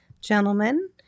Gentlemen